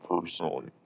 personally